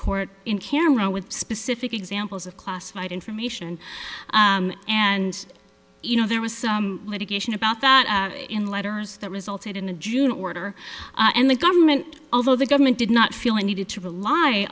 court in camera with specific examples of classified information and you know there was some litigation about that in letters that resulted in a june order and the government although the government did not feel it needed to rely